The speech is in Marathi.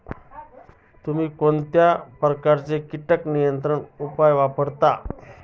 तुम्ही कोणत्या प्रकारचे कीटक नियंत्रण उपाय वापरता?